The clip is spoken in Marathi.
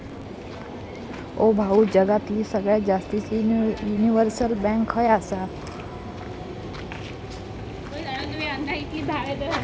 ओ भाऊ, जगातली सगळ्यात जास्तीचे युनिव्हर्सल बँक खय आसा